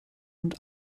und